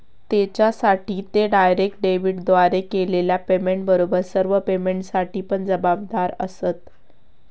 त्येच्यामुळे ते डायरेक्ट डेबिटद्वारे केलेल्या पेमेंटबरोबर सर्व पेमेंटसाठी पण जबाबदार आसंत